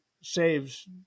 saves